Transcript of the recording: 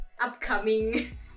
upcoming